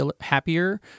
happier